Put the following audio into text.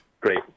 Great